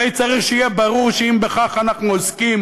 הרי צריך להיות ברור שאם בכך אנחנו עוסקים,